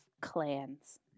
clans